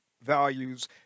values